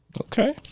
Okay